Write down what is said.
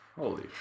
Holy